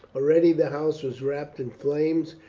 already the house was wrapped in flames,